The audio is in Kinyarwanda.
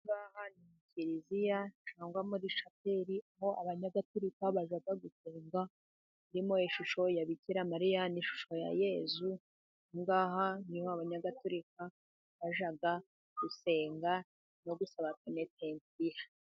Aha ngaha ni mu kiliziya cyangwa muri shapeli aho Abanyayagaturika bajya gusenga harimo ishusho ya Bikiramariya n'ishusho ya Yezu. Aha ngaha ni ho Abanyagaturika bajya gusenga no gusaba penetensiya.